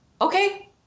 Okay